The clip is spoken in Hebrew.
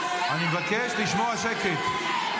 --- חיילים --- אני מבקש לשמור על שקט.